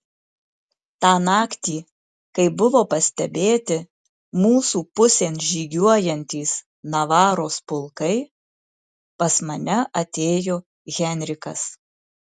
tą naktį kai buvo pastebėti mūsų pusėn žygiuojantys navaros pulkai pas mane atėjo henrikas